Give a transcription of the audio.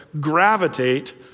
gravitate